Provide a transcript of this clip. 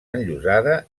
enllosada